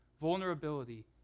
Vulnerability